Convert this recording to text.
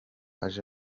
aje